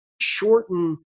shorten